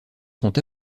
sont